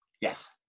Yes